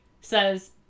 says